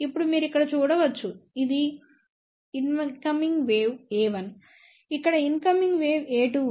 ఇప్పుడు మీరు ఇక్కడ చూడవచ్చు ఇది ఇన్కమింగ్ వేవ్ a1 ఇక్కడ ఇన్కమింగ్ వేవ్ a2 ఉంది